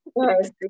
Yes